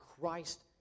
Christ